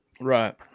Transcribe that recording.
Right